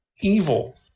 evil